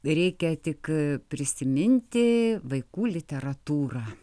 reikia tik prisiminti vaikų literatūrą